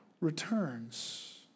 returns